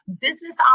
business